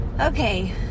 okay